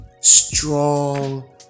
strong